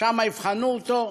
שם יבחנו אותו,